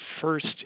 first